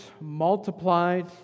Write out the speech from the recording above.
multiplied